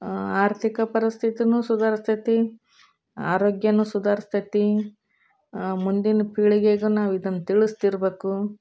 ಆರ್ಥಿಕ ಪರಿಸ್ಥಿತಿಯೂ ಸುಧಾರಸ್ತೈತಿ ಆರೋಗ್ಯವೂ ಸುಧಾರಸ್ತೈತಿ ಮುಂದಿನ ಪೀಳಿಗೆಗೂ ನಾವು ಇದನ್ನ ತಿಳಿಸ್ತಿರ್ಬೇಕು